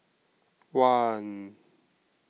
one